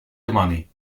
dimoni